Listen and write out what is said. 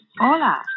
Hola